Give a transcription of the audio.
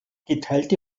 geteilte